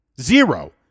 Zero